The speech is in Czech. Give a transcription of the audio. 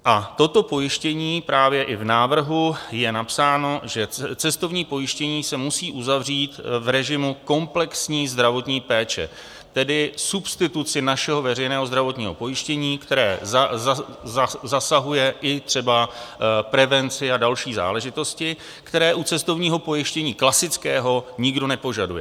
A toto pojištění, právě i v návrhu je napsáno, že cestovní pojištění se musí uzavřít v režimu komplexní zdravotní péče, tedy substituci našeho veřejného zdravotního pojištění, které zasahuje i třeba prevenci a další záležitosti, které u cestovního pojištění klasického nikdo nepožaduje.